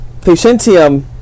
Patientium